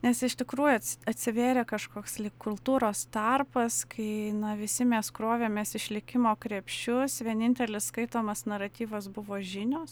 nes iš tikrųjų atsivėrė kažkoks lyg kultūros tarpas kai na visi mes krovėmės išlikimo krepšius vienintelis skaitomas naratyvas buvo žinios